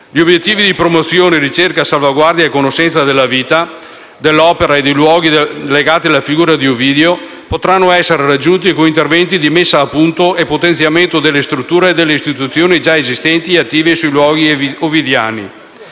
Gli obiettivi di promozione, ricerca, salvaguardia e conoscenza della vita, dell'opera e dei luoghi legati alla figura di Ovidio potranno essere raggiunti con interventi di messa a punto e potenziamento delle strutture e delle istituzioni già esistenti e attive sui luoghi ovidiani.